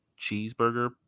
cheeseburger